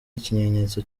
ikimenyetso